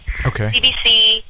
CBC